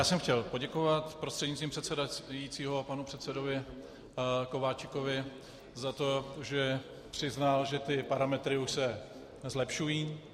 Já jsem chtěl poděkovat prostřednictvím předsedajícího panu předsedovi Kováčikovi za to, že přiznal, že ty parametry už se zlepšují.